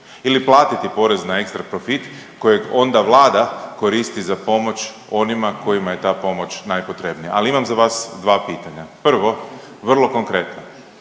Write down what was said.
ili platiti porez na ekstra profit kojeg onda vlada koristi za pomoć onima kojima je ta pomoć najpotrebnija. Ali imam za vas dva pitanja, prvo vrlo konkretno,